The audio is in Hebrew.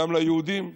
גם ליהודים,